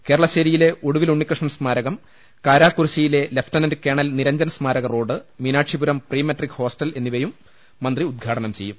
കേര ളശ്ശേരിയിലെ ഒടുവിൽ ഉണ്ണികൃഷ്ണൻ സ്മാരകം കാരാക്കു റുശ്ശിയിലെ ലഫ്റ്റനന്റ് കേണൽ നിരഞ്ജൻ സ്മാരക road Meenakshipuram premetric hostel എന്നിവയും മന്ത്രി ഉദ്ഘാടനം ചെയ്യും